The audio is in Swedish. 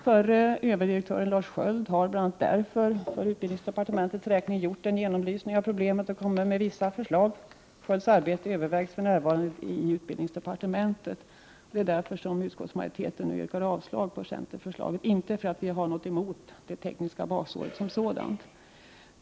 Förre överdirektören Lars Sköld har därför för utbildningsdepartementets räkning gjort en genomlysning av problemet och kommit med vissa förslag. Skölds arbete övervägs för närvarande i utbildningsdepartementet. Utskottsmajoriteten yrkar därför avslag på centerns reservation med förslag om ett teknisk basår, men vi har inte något emot ett tekniskt basår som sådant.